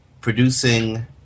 producing